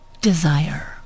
Desire